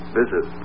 visit